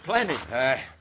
Plenty